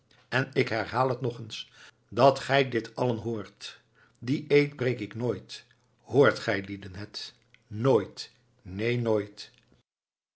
en ik herhaal het ng eens dat gij liet allen hoort dien eed breek ik nooit hoort gijlieden het nooit neen nooit